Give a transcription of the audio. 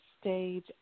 stage